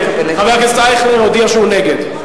חבר הכנסת אייכלר הודיע שהוא נגד.